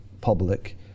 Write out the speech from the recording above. public